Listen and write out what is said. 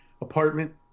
apartment